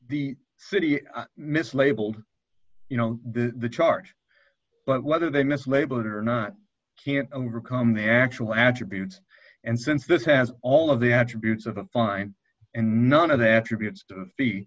the city mislabeled you know the charge but whether they mislabeled or not can't overcome the actual attributes and since this has all of the attributes of the fine and none of the attributes t